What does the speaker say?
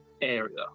area